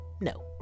No